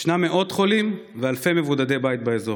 ישנם מאות חולים ואלפי מבודדי בית באזור.